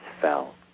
fell